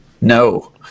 No